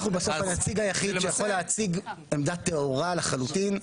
אנחנו בסוף הנציג היחיד שיכול להציג עמדה טהורה לחלוטין.